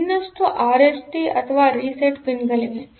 ಇನ್ನಷ್ಟು RST ಅಥವಾ reset pin ಗಳಿವೆ